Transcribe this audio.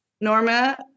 norma